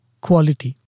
quality